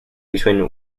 between